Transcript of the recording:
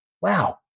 wow